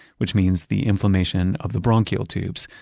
which means the inflammation of the bronchial tubes,